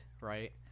right